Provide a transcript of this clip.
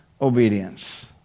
Obedience